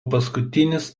paskutinis